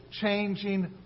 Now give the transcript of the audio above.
changing